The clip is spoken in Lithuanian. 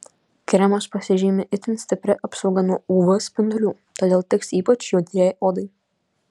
kremas pasižymi itin stipria apsauga nuo uv spindulių todėl tiks ypač jautriai odai